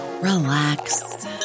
relax